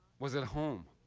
was at home,